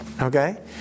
Okay